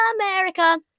America